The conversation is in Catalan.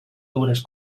dures